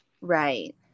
Right